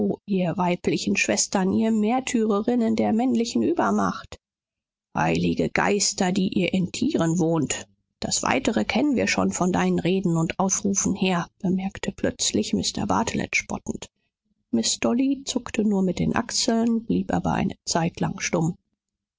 ihr weiblichen schwestern ihr märtyrerinnen der männlichen übermacht heilige geister die ihr in tieren wohnt das weitere kennen wir schon von deinen reden und aufrufen her bemerkte plötzlich mr bartelet spottend miß dolly zuckte nur mit den achseln blieb aber eine zeitlang stumm